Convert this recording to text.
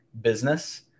business